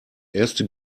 erste